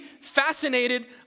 fascinated